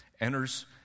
enters